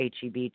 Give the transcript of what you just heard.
HEB